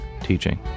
teaching